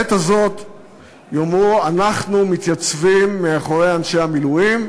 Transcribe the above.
בעת הזאת יאמרו: אנחנו מתייצבים מאחורי אנשי המילואים,